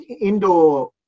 indoor